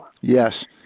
yes